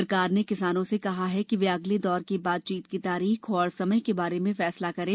सरकार ने किसानों से कहा है कि वे अगले दौर की बातचीत की तारीख और समय के बार में फैसला करें